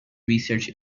research